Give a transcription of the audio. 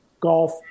golf